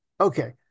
Okay